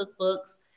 cookbooks